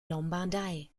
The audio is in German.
lombardei